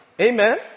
Amen